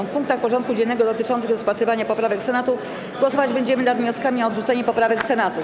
W punktach porządku dziennego dotyczących rozpatrywania poprawek Senatu głosować będziemy nad wnioskami o odrzucenie poprawek Senatu.